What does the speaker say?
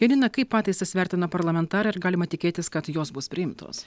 janina kaip pataisas vertina parlamentarą ir galima tikėtis kad jos bus priimtos